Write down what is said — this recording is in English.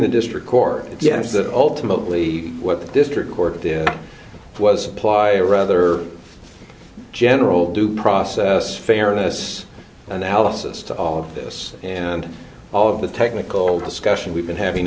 the district court yes that ultimately what the district court did was applied a rather general due process fairness analysis to all this and all of the technical discussion we've been having